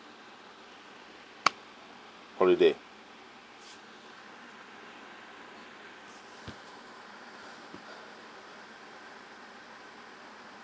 holiday